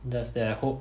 there's that hope